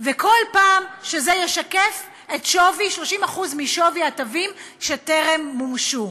וכל פעם זה ישקף 30% משווי התווים שטרם מומשו.